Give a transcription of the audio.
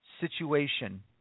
situation